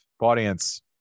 audience